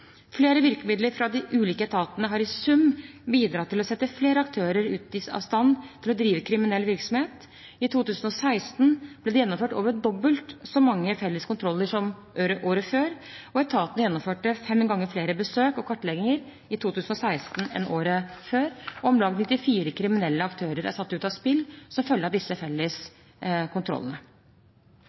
Flere virkemidler fra de ulike etatene har i sum bidratt til å sette flere aktører ute av stand til å drive kriminell virksomhet. I 2016 ble det gjennomført over dobbelt så mange felles kontroller som året før, og etatene gjennomførte fem ganger flere besøk og kartlegginger i 2016 enn året før. Om lag 94 kriminelle aktører er satt ut av spill som følge av disse felles kontrollene.